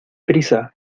prisa